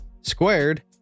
squared